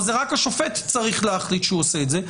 או שזה רק השופט צריך להחליט שהוא עושה את זה.